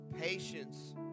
patience